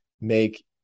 make